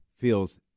feels